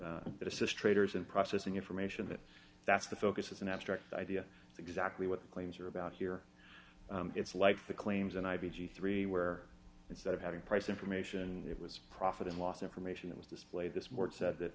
helps assist traders in processing information that that's the focus is an abstract idea exactly what the claims are about here it's like the claims and i b g three where instead of having price information it was profit and loss information it was displayed this word said that